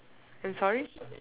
I'm sorry